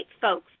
folks